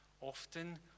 often